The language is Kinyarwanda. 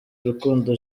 rukundo